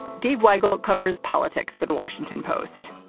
dave weigel covers politics for the washington post